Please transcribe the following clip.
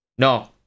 No